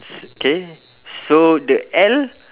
K so the L